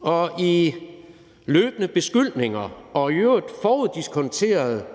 og i løbende beskyldninger og i øvrigt foruddiskonterede